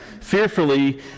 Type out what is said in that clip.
fearfully